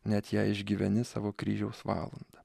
net jei išgyveni savo kryžiaus valandą